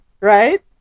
right